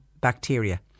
bacteria